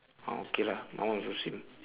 ah okay lah my one also same